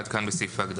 עד כאן לסעיף ההגדרות.